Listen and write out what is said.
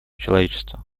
человечества